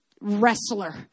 wrestler